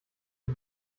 sie